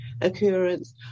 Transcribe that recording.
occurrence